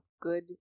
Good